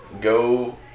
go